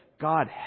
God